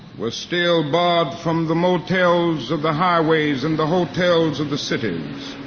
were still barred from the motels of the highways and the hotels of the cities.